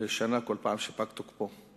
שנה כל פעם שפג תוקפו.